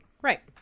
Right